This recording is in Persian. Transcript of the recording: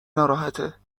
ناراحته